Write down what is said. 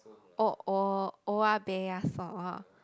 oh oya-beh-ya-som